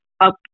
up